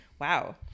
wow